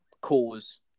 cause